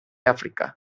àfrica